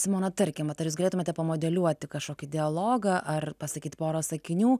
simona tarkim vat jūs galėtumėte pamodeliuoti kažkokį dialogą ar pasakyt porą sakinių